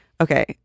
Okay